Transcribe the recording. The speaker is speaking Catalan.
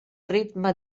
ritme